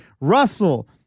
Russell